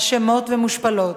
אשמות ומושפלות.